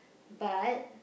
but